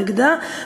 הנגדה,